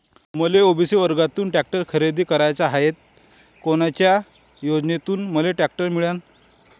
मले ओ.बी.सी वर्गातून टॅक्टर खरेदी कराचा हाये त कोनच्या योजनेतून मले टॅक्टर मिळन?